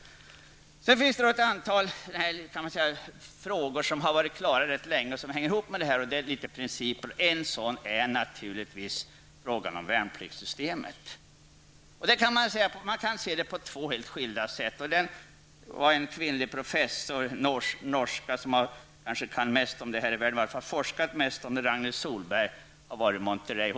Sedan finns det antal frågor som hänger ihop med det och som gäller principer. En sådan är naturligtvis frågan om värnpliktssystemet. Den norska professor som kanske kan mest i världen om det här -- hon har i varje fall forskat mest om det -- är Ragnhild Sohlberg; hon var i Monterey.